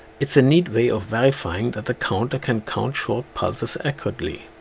it is a neat way of verifying that the counter can count short pulses accurately.